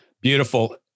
Beautiful